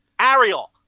Ariel